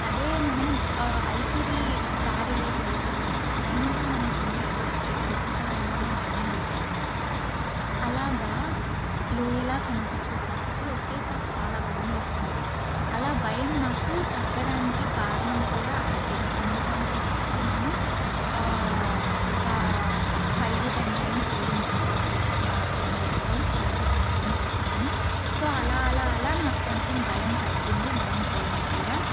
అదే మనం అలిపిరి దారివైపే వెళ్తే కనుక పైనుంచి మనం కింద చూస్తే పడిపోతావేమో అని భయం వేస్తుంది అలాగా లోయలా కనిపించేసరికి ఒకేసారి చాలా భయమేస్తుంది అలా భయం నాకు తగ్గడానికి కారణం కూడా అదే ఎందుకంటే ఇప్పటికీ నేను ఒక ఫైవ్ టు టెన్ టైమ్స్ వెళ్ళి ఉంటాను ఆ కొండ ఎక్కడం ఫైవ్ టు టెన్ టైమ్స్ ఎక్కాను సో అలా అలా అలా నాకు కొంచెం భయం తగ్గింది భయం పోయింది కూడా